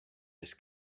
just